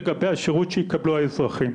לגבי השירות שיקבלו האזרחים.